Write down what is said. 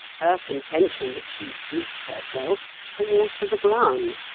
her contention that she gives herself falls to the ground.